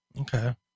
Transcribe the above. Okay